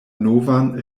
novan